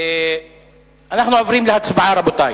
אנחנו עוברים להצבעה, רבותי.